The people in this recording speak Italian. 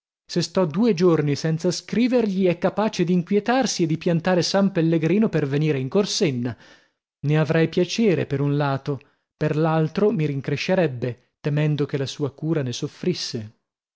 se sto due giorni senza scrivergli è capace d'inquietarsi e di piantare san pellegrino per venire in corsenna ne avrei piacere per un lato per l'altro mi rincrescerebbe temendo che la sua cura ne soffrisse